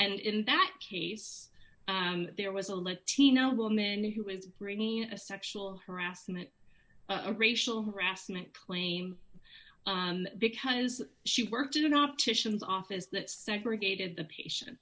and in that case there was a latino woman who was bringing a sexual harassment a racial harassment claim because she worked in an opticians office that segregated the patient